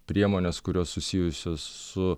priemonės kurios susijusios su